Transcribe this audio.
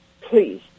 please